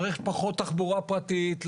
צריך פחות תחבורה פרטית,